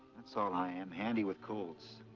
it's all i am, handy with colts.